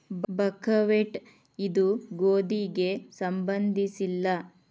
buckwheat ಇದು ಗೋಧಿಗೆ ಸಂಬಂಧಿಸಿಲ್ಲ